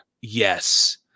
Yes